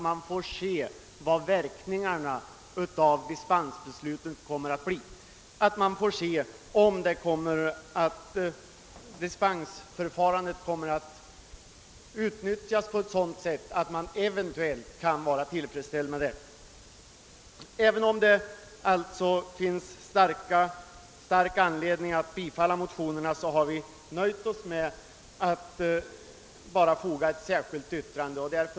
Man bör vänta så länge att man får se om dispensförfarandet kommer att utnyttjas på ett sätt som man kan vara tillfredsställd med. Även om det finns en stark anledning att bifalla motionerna, har vi alltså nöjt oss med att foga ett särskilt yttrande till utlåtandet.